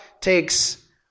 takes